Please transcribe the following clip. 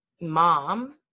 mom